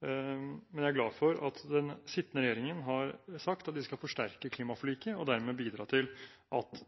men jeg er glad for at den sittende regjeringen har sagt at de skal forsterke klimaforliket og dermed bidra til at